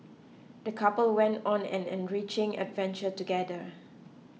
the couple went on an enriching adventure together